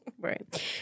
Right